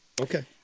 Okay